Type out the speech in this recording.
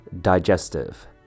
digestive